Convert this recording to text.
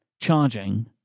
charging